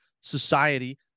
society